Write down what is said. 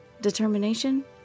Determination